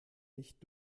nicht